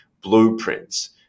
blueprints